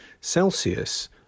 Celsius